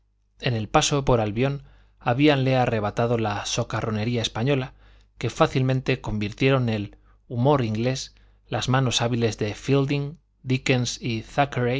en el paso por albión habíanle arrebatado la socarronería española que fácilmente convirtieron en humour inglés las manos hábiles de fielding dickens y